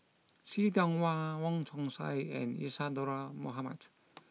See Tiong Wah Wong Chong Sai and Isadhora Mohamed